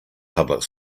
public